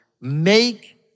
make